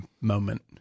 moment